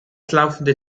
laufende